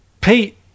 Pete